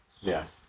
Yes